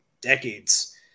decades